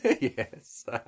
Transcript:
Yes